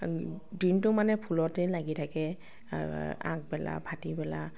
আ দিনটো মানে ফুলতেই লাগি থাকে আগবেলা ভাটিবেলা